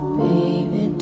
baby